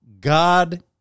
God